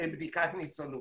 ביצענו בדיקת ניצולות.